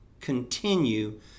continue